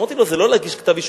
אמרתי לו: זה לא להגיש כתב אישום.